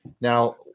now